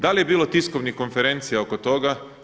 Da li je bilo tiskovnih konferencija oko toga?